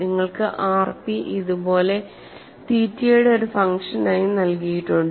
നിങ്ങൾക്ക് rpഇതുപോലെ തീറ്റയുടെ ഒരു ഫംഗ്ഷൻ ആയി നൽകിയിട്ടുണ്ട്